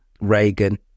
Reagan